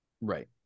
Right